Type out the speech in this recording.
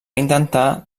intentar